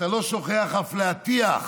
ואתה לא שוכח אף להטיח